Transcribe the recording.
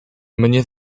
mnie